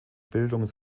bildung